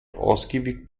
ausgiebig